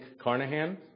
Carnahan